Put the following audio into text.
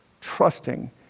trusting